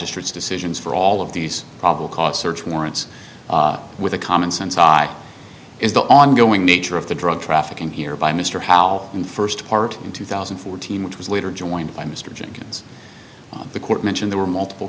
magistrate's decisions for all of these probably cause search warrants with a common sense is the ongoing nature of the drug traffic in here by mr howe in the first part in two thousand and fourteen which was later joined by mr jenkins the court mentioned there were multiple